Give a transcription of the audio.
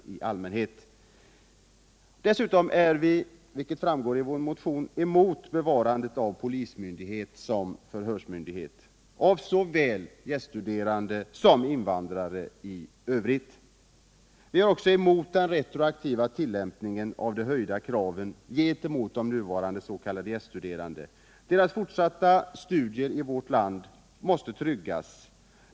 Dessutom är vi, vilket också framgår av vår motion, emot bevarandet av polismyndigheten som förhörsmyndighet när det gäller gäststuderande och invandrare. Vi är även emot den retroaktiva tillämpningen av de höjda kraven gentemot de gäststuderande. Deras fortsatta studier i vårt land måste tryggas.